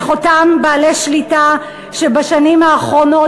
איך אותם בעלי שליטה שבשנים האחרונות